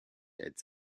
its